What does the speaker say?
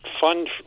fund